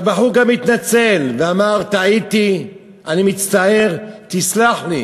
שהבחור גם התנצל ואמר, טעיתי, אני מצטער, תסלח לי.